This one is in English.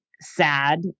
sad